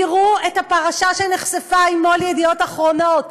תראו את הפרשה שנחשפה עם מו"ל "ידיעות אחרונות",